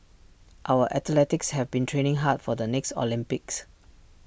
our athletes have been training hard for the next Olympics